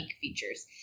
features